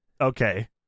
Okay